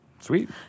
Sweet